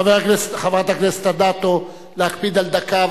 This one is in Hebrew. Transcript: חברת הכנסת אדטו, להקפיד על דקה.